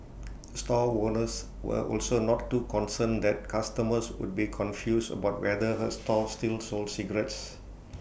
store owners were also not too concerned that customers would be confused about whether A store still sold cigarettes